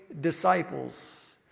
Disciples